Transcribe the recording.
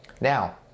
Now